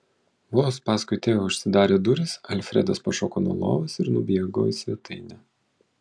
vos paskui teo užsidarė durys alfredas pašoko nuo lovos ir nubėgo į svetainę